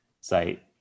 site